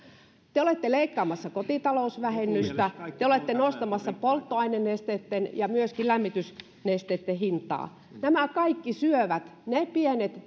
te te olette leikkaamassa kotitalousvähennystä te te olette nostamassa polttoainenesteitten ja myöskin lämmitysnesteitten hintaa nämä kaikki syövät ne pienet